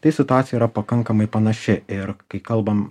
tai situacija yra pakankamai panaši ir kai kalbam